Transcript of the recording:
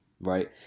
right